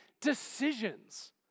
decisions